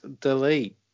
delete